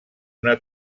una